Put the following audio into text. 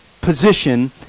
position